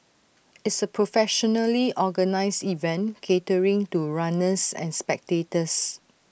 it's A professionally organised event catering to runners and spectators